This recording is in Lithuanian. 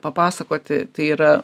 papasakoti tai yra